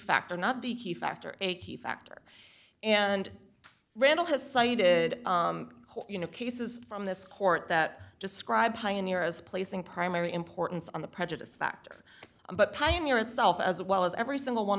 factor not the key factor a key factor and randall has cited you know cases from this court that describe pioneer as placing primary importance on the prejudice factor but pioneer itself as well as every single one